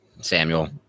Samuel